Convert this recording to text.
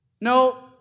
No